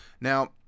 Now